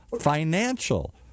financial